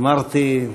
אמרתי,